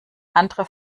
andere